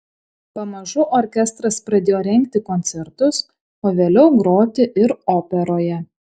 pamažu orkestras pradėjo rengti koncertus o vėliau groti ir operoje